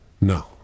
No